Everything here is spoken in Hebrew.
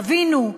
עווינו,